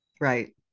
Right